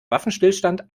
waffenstillstand